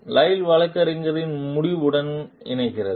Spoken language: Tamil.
லைல் வழக்கறிஞரின் முடிவுடன் இணங்குகிறது